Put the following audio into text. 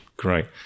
Great